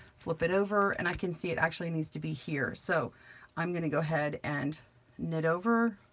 flip it over and i can see it actually needs to be here. so i'm gonna go ahead and knit over,